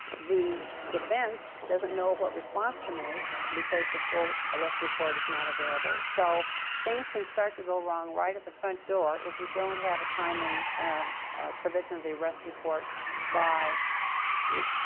the defense doesn't know what response to make because the full arrest report is not available, so things can start to go wrong right at the front door if you don't have a timely provision of the arrest report by the